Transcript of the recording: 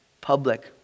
public